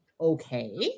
Okay